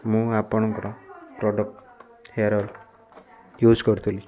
ମୁଁ ଆପଣଙ୍କର product hair use କରିଥିଲି